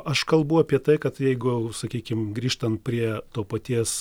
aš kalbu apie tai kad jeigu sakykim grįžtant prie to paties